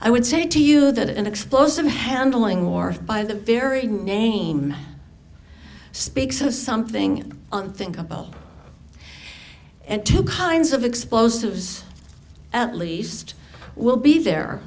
i would say to you that an explosive handling more by the very name speaks of something unthinkable and two kinds of explosives at least will be there